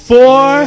Four